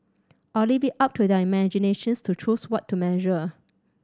I'll leave it up to their imaginations to choose what to measure